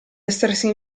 essersi